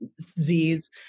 Z's